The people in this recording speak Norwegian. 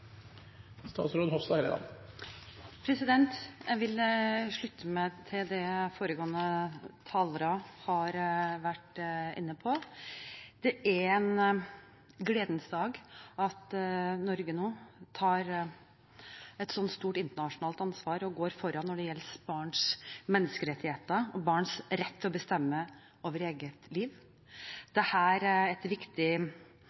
foregående talere har vært inne på. Det er en gledens dag når Norge nå tar et slikt stort internasjonalt ansvar og går foran når det gjelder barns menneskerettigheter og barns rett til å bestemme over eget liv.